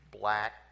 black